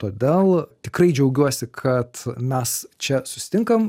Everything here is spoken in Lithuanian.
todėl tikrai džiaugiuosi kad mes čia susitinkam